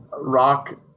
rock